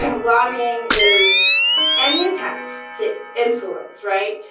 and lobbying is any attempt to influence, right?